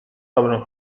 dobrym